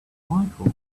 michael